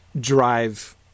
drive